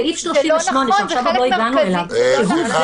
סעיף 38 שעוד לא הגענו אליו -- זה לא נכון.